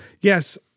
Yes